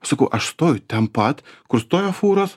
aš sakau aš stoju ten pat kur stoja fūros